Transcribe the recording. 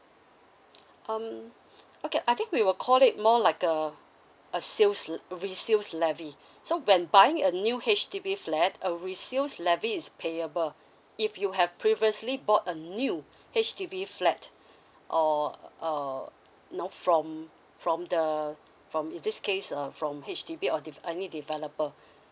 um okay I think we will call it more like a a sales resale levy so when buying a new H_D_B flat a resale levy is payable if you have previously bought a new H_D_B flat or uh no from from the from in this case uh from H_D_B or dev~ any developer